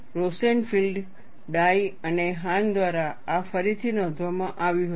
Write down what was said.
Rosenfield Dai અને Hahn દ્વારા આ ફરીથી નોંધવામાં આવ્યું હતું